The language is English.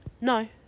No